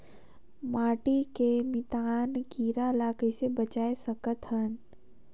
माटी के मितान कीरा ल कइसे बचाय सकत हन?